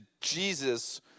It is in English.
Jesus